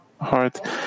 heart